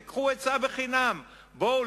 בואו,